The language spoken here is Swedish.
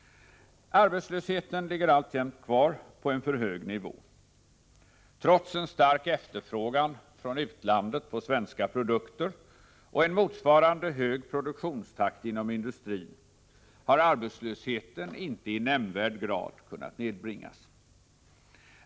Arbetslösheten ligger alltjämt kvar på en för hög nivå. Trots en stark efterfrågan från utlandet på svenska produkter och en motsvarande hög produktionstakt inom industrin har arbetslösheten inte i nämnvärd grad kunnat nedbringas.